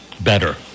better